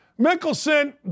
Mickelson